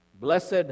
Blessed